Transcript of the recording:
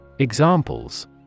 Examples